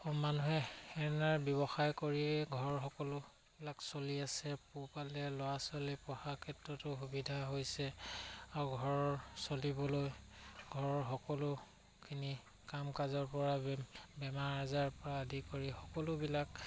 মানুহে এনেদৰে ব্যৱসায় কৰিয়েই ঘৰৰ সকলোবিলাক চলি আছে পোহপাল দিয়া ল'ৰা ছোৱালী ক্ষেত্ৰতো সুবিধা হৈছে আও ঘৰৰ চলিবলৈ ঘৰৰ সকলোখিনি কাম কাজৰ পৰা বে বেমাৰ আজাৰৰ পৰা আদি কৰি সকলোবিলাক